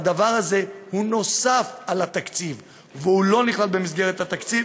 הדבר הזה הוא נוסף על התקציב והוא לא נכלל במסגרת התקציב.